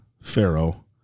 Pharaoh